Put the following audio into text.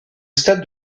stade